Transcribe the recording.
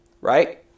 right